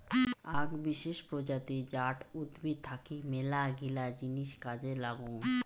আক বিশেষ প্রজাতি জাট উদ্ভিদ থাকি মেলাগিলা জিনিস কাজে লাগং